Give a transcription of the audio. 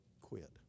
quit